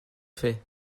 fait